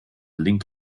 link